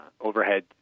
overhead